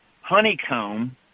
honeycomb